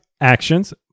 actions